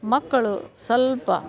ಮಕ್ಕಳು ಸ್ವಲ್ಪ